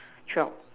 twelve